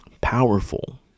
powerful